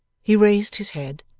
he raised his head,